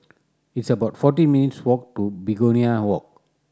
it's about forty minutes' walk to Begonia Walk